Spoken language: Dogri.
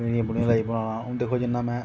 भिड़ियां लग्गी पौना राह्ना हून दिक्खो जियां में